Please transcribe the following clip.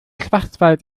schwarzwald